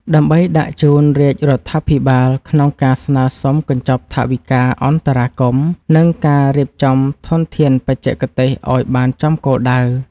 ដើម្បីដាក់ជូនរាជរដ្ឋាភិបាលក្នុងការស្នើសុំកញ្ចប់ថវិកាអន្តរាគមន៍ និងការរៀបចំធនធានបច្ចេកទេសឱ្យបានចំគោលដៅ។